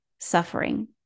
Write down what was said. suffering